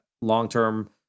long-term